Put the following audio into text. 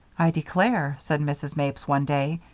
i declare, said mrs. mapes one day,